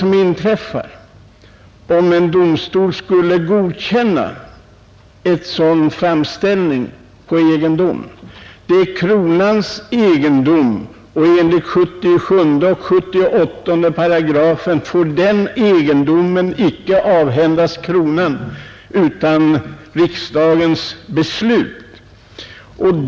Vad inträffar om en domstol skulle godkänna ett sådant krav på kronans egendom? Enligt 77 och 78 §§ regeringsformen får egendomen i fråga icke avhändas kronan utan riksdagens beslut.